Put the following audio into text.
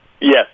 Yes